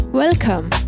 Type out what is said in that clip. Welcome